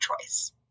choice